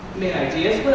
main ideas.